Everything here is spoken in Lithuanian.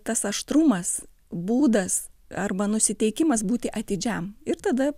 tas aštrumas būdas arba nusiteikimas būti atidžiam ir tada